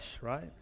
right